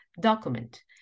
document